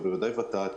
ובוודאי ות"ת,